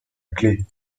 clef